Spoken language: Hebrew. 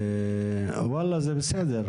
וואלה, זה בסדר.